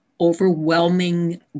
overwhelming